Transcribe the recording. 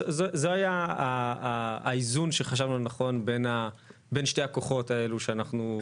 זה האיזון שחשבנו לנכון בין שני הכוחות האלו שאנחנו תמיד נלחמים בהם.